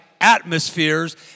atmospheres